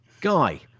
Guy